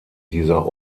dieser